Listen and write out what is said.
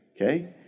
Okay